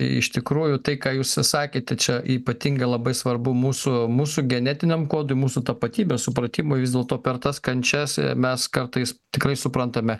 iš tikrųjų tai ką jūs sakėt čia ypatingai labai svarbu mūsų mūsų genetiniam kodui mūsų tapatybės supratimui vis dėlto per tas kančias mes kartais tikrai suprantame